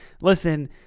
Listen